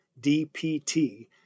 DPT